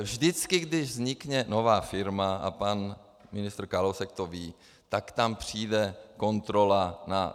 Vždycky když vznikne nová firma a pan ministr Kalousek to ví, tak tam přijde kontrola na DPH.